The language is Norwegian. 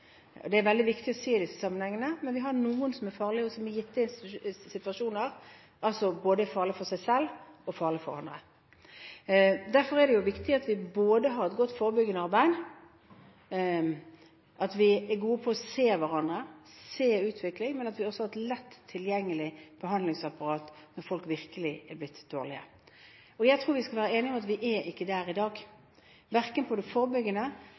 Det er veldig viktig å si i denne sammenhengen. Men vi har noen som er farlige, og som i gitte situasjoner er farlige både for seg selv og for andre. Derfor er det viktig at vi har et godt forebyggende arbeid, at vi er gode til å se hverandre, se utvikling, men at vi også har et lett tilgjengelig behandlingsapparat når folk virkelig er blitt dårlige. Jeg tror vi er enige om at vi ikke er der i dag, verken når det gjelder det forebyggende